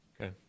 Okay